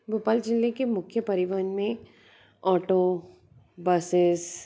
भोपाल जिले के मुख्य परिवहन में ऑटो बसेस